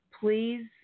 please